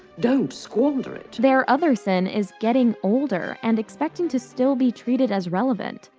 don't squander it. their other sin is getting older, and expecting to still be treated as relevant.